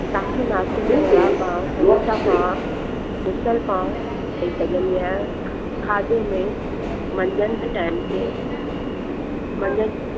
तव्हांखे नाश्ते में वड़ा पाव समोसा पाव मिसल पाव ॾेई सघंदी आहियां खाधे में मंझंदि टाइम ते मंझदि